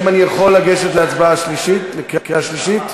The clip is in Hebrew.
האם אני יכול לגשת להצבעה בקריאה שלישית?